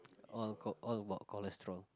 all got all got cholesterol